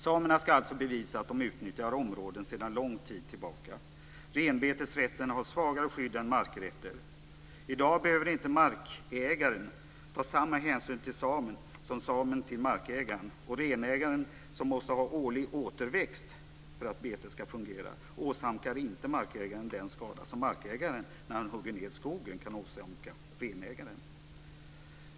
Samerna ska alltså bevisa att de utnyttjar områden sedan lång tid tillbaka. Renbetesrätten har svagare skydd än markrätten. I dag behöver inte markägaren ta samma hänsyn till samen som samen till markägaren. Renägaren, som måste ha årlig återväxt för att betet ska fungera, åsamkar inte heller markägaren den skada som markägaren kan åsamka renägaren när han hugger ned skogen.